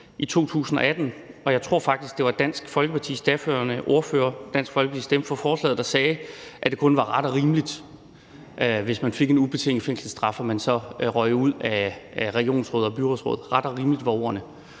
i 2018. Jeg tror faktisk, at det var Dansk Folkepartis daværende ordfører – Dansk Folkeparti stemte for forslaget – der sagde, at det kun var ret og rimeligt, at man, hvis man fik en ubetinget fængselsstraf, så røg ud af regionsråd og byråd. »Ret« og »rimeligt« var ordene.